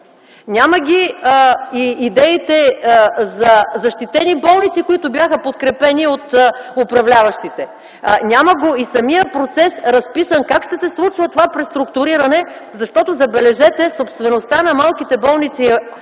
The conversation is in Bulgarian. Няма ги идеите за защитени болници, които бяха подкрепени от управляващите. Няма го разписан и самия процес - как ще се случва това преструктуриране, защото, забележете, собствеността на малките болници